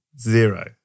Zero